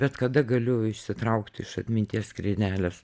bet kada galiu išsitraukt iš atminties skrynelės